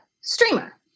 streamer